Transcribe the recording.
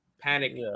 panic